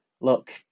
look